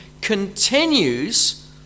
continues